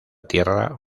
tierra